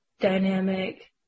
dynamic